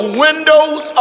windows